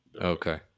Okay